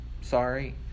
sorry